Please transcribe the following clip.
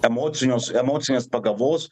emociniuos emocinės pagavos